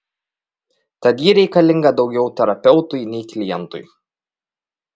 tad ji reikalinga daugiau terapeutui nei klientui